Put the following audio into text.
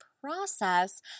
process